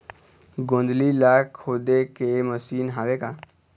गोंदली ला खोदे के मशीन हावे का?